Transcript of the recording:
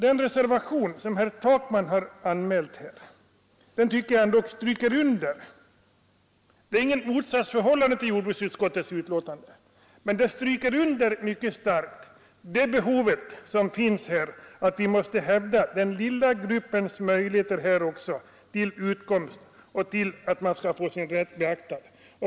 Den reservation som herr Takman har anmält här står icke i motsatsförhållande till jordbruksutskottets majoritet, enär den mycket starkt stryker under behovet som finns att hävda den lilla gruppens möjligheter till utkomst och till att få sin ställning beaktad.